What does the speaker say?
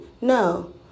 No